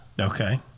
Okay